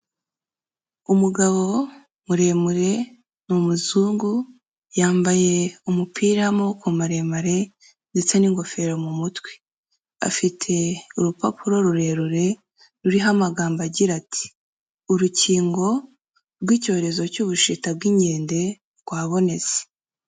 Umugabo muremure ni umuzungu yambaye umupira w'amaboko maremare, ndetse n'ingofero mu mutwe, afite urupapuro rurerure ruriho amagambo agira ati: "Urukingo rw'icyorezo cy'ubushita bw'inkende rwabonetse".